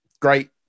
great